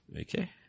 Okay